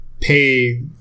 pay